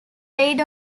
raid